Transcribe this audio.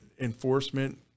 Enforcement